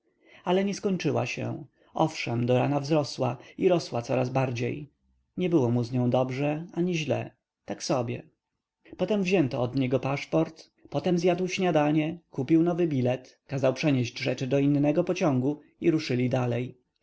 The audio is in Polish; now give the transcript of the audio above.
ale nie skończyła się owszem do rana wzrosła i rosła coraz bardziej nie było mu z nią dobrze ani źle tak sobie potem wzięto od niego paszport potem zjadł śniadanie kupił nowy bilet kazał przenieść rzeczy do innego pociągu i ruszyli dalej